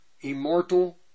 immortal